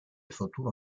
futuro